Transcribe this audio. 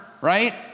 right